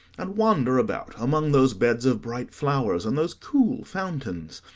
and wander about among those beds of bright flowers and those cool fountains,